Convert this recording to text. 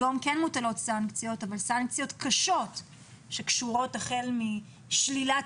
היום כן מוטלות סנקציות אבל סנקציות קשות שקשורות החל משלילת